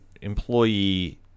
employee